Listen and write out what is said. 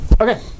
Okay